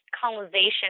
colonization